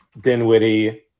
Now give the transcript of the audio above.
Dinwiddie